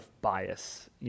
bias